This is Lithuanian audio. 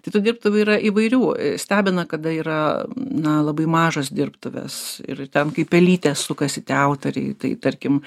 tai tų dirbtuvių yra įvairių stebina kada yra na labai mažos dirbtuvės ir ten kaip pelytė sukasi tie autoriai tai tarkim